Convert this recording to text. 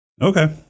Okay